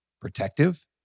Protective